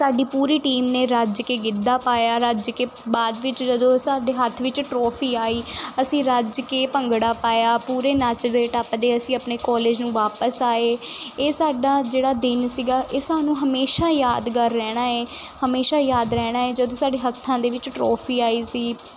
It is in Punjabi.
ਸਾਡੀ ਪੂਰੀ ਟੀਮ ਨੇ ਰੱਜ ਕੇ ਗਿੱਧਾ ਪਾਇਆ ਰੱਜ ਕੇ ਬਾਅਦ ਵਿੱਚ ਜਦੋਂ ਸਾਡੇ ਹੱਥ ਵਿੱਚ ਟਰੋਫੀ ਆਈ ਅਸੀਂ ਰੱਜ ਕੇ ਭੰਗੜਾ ਪਾਇਆ ਪੂਰੇ ਨੱਚਦੇ ਟੱਪਦੇ ਅਸੀਂ ਆਪਣੇ ਕਾਲਜ ਨੂੰ ਵਾਪਿਸ ਆਏ ਇਹ ਸਾਡਾ ਜਿਹੜਾ ਦਿਨ ਸੀਗਾ ਇਹ ਸਾਨੂੰ ਹਮੇਸ਼ਾ ਯਾਦਗਾਰ ਰਹਿਣਾ ਹੈ ਹਮੇਸ਼ਾ ਯਾਦ ਰਹਿਣਾ ਹੈ ਜਦੋਂ ਸਾਡੇ ਹੱਥਾਂ ਦੇ ਵਿੱਚ ਟਰੋਫੀ ਆਈ ਸੀ